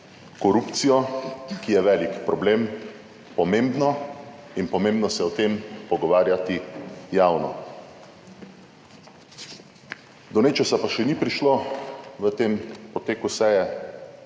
korupcijo, ki je velik problem, pomembno in pomembno se je o tem pogovarjati javno. Do nečesa pa še ni prišlo v tem poteku seje,